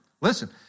Listen